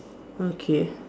okay